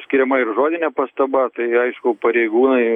skiriama ir žodinė pastaba tai aišku pareigūnai